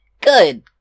good